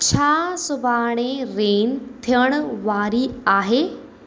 छा सुभाणे रेन थियण वारी आहे